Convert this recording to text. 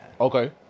Okay